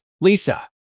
Lisa